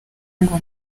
ngo